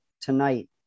tonight